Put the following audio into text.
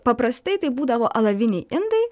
paprastai tai būdavo alaviniai indai